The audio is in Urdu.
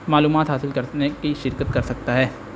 معلومات حاصل کرنے کی شرکت کر سکتا ہے